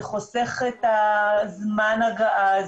זה חוסך את זמן ההגעה,